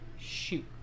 Shoot